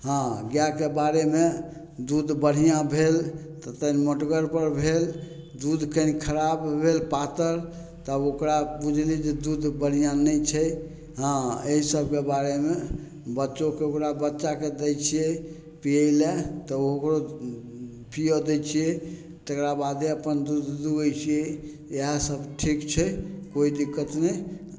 हँ गायके बारेमे दूध बढ़िआँ भेल तऽ तनी मोटगरपर भेल दूध कनी खराब भेल पातर तब ओकरा बुझलियै जे दूध बढ़िआँ नहि छै हँ अइ सबके बारेमे बच्चोके ओकरा बच्चाके दै छियै पीयै लए तऽ ओकरो पीयऽ दै छियै तकरा बादे अपन दूध दुहय छियै इएह सब ठीक छै कोइ दिक्कत नहि